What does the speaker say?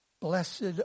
Blessed